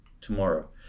tomorrow